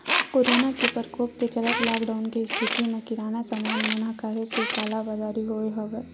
corona के परकोप के चलत लॉकडाउन के इस्थिति म किराना समान मन म काहेच के कालाबजारी होय हवय